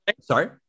sorry